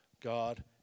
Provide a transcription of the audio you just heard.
God